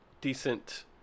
decent